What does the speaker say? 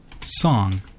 song